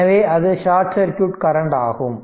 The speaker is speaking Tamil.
எனவே அது ஷார்ட் சர்க்யூட் கரண்ட் ஆகும்